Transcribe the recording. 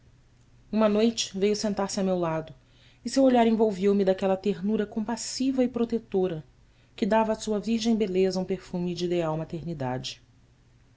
uma noite veio sentar-se a meu lado e seu olhar envolveu me daquela ternura compassiva e protetora que dava à sua virgem beleza um perfume de ideal maternidade